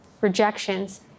Rejections